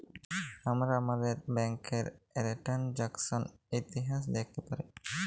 আমরা আমাদের ব্যাংকের টেরানযাকসন ইতিহাস দ্যাখতে পারি